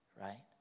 right